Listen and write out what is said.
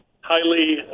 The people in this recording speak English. highly